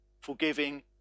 forgiving